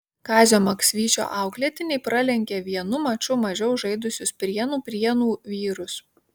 kazio maksvyčio auklėtiniai pralenkė vienu maču mažiau žaidusius prienų prienų vyrus